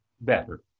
better